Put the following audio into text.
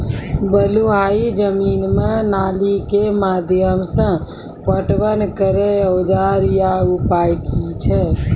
बलूआही जमीन मे नाली के माध्यम से पटवन करै औजार या उपाय की छै?